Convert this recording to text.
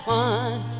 one